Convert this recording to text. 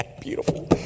Beautiful